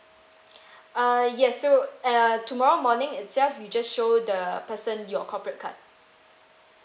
uh yes so uh tomorrow morning itself you just show the person your corporate card